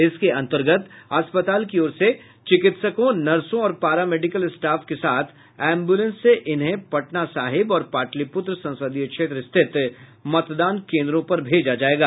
इसके अन्तर्गत अस्पताल की ओर से चिकित्सकों नर्सों और पारा मेडिकल स्टाफ के साथ एम्बुलेंस से इन्हें पटना साहिब और पाटलिपुत्र संसदीय क्षेत्र स्थित मतदान केन्द्रों पर भेजा जायेगा